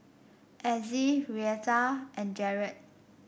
Azzie Reatha and Jarrett